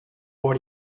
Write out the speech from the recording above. what